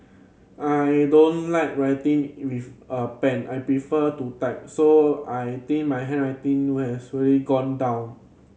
I don't like writing with a pen I prefer to type so I think my handwriting has really gone down